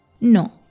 No